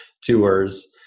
tours